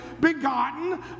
begotten